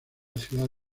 ciudad